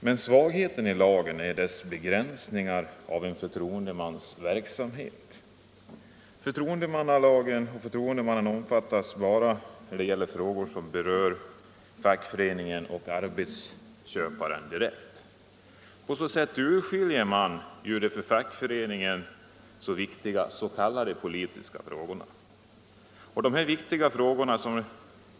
Men svagheten i lagen är dess begränsningar av en förtroendemans verksamhet. Förtroendemannen omfattas av lagen bara när det gäller frågor som berör fackföreningen och arbetsköparen direkt. På så sätt urskiljer man de för fackföreningen så viktiga s.k. politiska frågorna.